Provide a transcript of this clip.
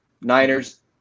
Niners